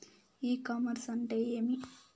ఇ commerce అంటే ఏమి?